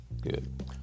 good